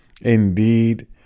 Indeed